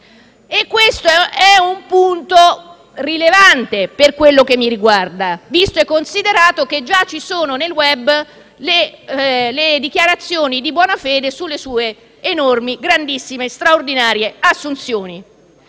Questo è un punto rilevante per quanto mi riguarda, visto e considerato che già ci sono nel *web* le dichiarazioni di Bonafede sulle sue grandissime e straordinarie assunzioni.